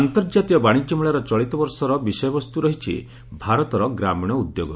ଅନ୍ତର୍ଜାତୀୟ ବାଣିଜ୍ୟ ମେଳାର ଚଳିତ ବର୍ଷର ବିଷୟବସ୍ତୁ ରହିଛି ଭାରତର ଗ୍ରାମୀଣ ଉଦ୍ୟୋଗ